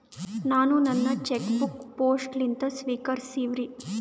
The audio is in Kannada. ನಾನು ನನ್ನ ಚೆಕ್ ಬುಕ್ ಪೋಸ್ಟ್ ಲಿಂದ ಸ್ವೀಕರಿಸಿವ್ರಿ